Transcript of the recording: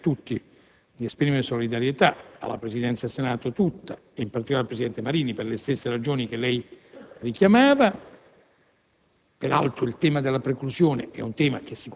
Quanto al merito, nel ringraziare tutti, mi permetto di esprimere solidarietà alla Presidenza del Senato tutta, e in particolare al presidente Marini, per le stesse ragioni che lei richiamava.